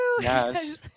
Yes